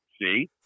See